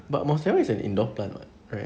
but monstera is an indoor plant [what] right